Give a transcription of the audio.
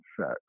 set